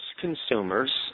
consumers